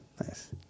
Nice